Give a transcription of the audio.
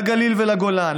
לגליל ולגולן,